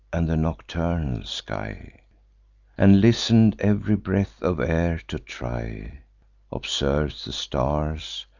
and the nocturnal sky and listen'd ev'ry breath of air to try observes the stars,